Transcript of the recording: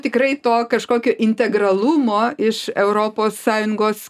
tikrai to kažkokio integralumo iš europos sąjungos